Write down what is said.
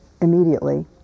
immediately